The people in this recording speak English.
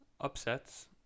Upsets